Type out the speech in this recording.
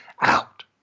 out